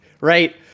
right